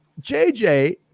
jj